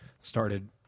started